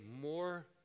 more